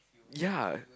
ya